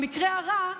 במקרה הרע,